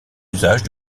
usage